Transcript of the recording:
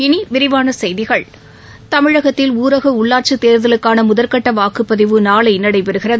இனிவிரிவானசெய்திகள் தமிழகத்தில் ஊரகஉள்ளாட்சித் தேர்ததலுக்கானமுதற்கட்டவாக்குப்பதிவுநாளைநடைபெறுகிறது